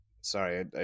Sorry